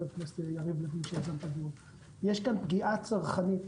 הכנסת יריב לוין שיזם את הדיון יש כאן פגיעה צרכנית